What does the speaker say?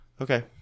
Okay